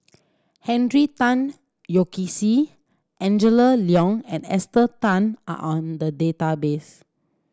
Henry Tan Yoke See Angela Liong and Esther Tan are in the database